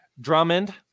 drummond